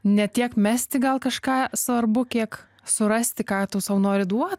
ne tiek mesti gal kažką svarbu kiek surasti ką tu sau nori duot